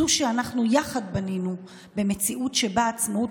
זו שאנחנו יחד בנינו במציאות שבה עצמאות